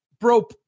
bro